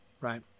right